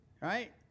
right